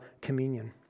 communion